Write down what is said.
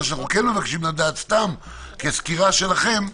אנחנו כן מבקשים לשמוע סקירה שלכם,